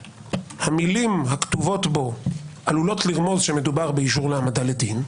שהמילים הכותבות בו עלולות לרמוז שמדובר באישור להעמדה לדין,